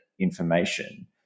information